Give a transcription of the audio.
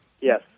Yes